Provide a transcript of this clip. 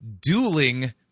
Dueling